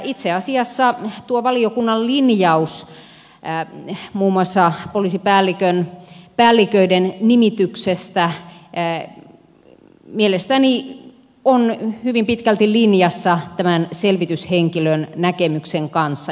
itse asiassa tuo valiokunnan linjaus muun muassa poliisipäälliköiden nimityksestä mielestäni on hyvin pitkälti linjassa tämän selvityshenkilön näkemyksen kanssa